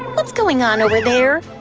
what's going on over there?